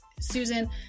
Susan